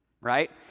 right